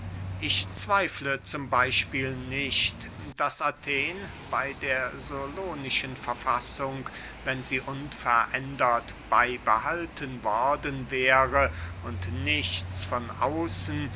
ich zweifle z b nicht daß athen bey der solonischen verfassung wenn sie unverändert beybehalten worden wäre und nichts von außen